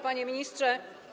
Panie Ministrze!